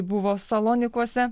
buvo salonikuose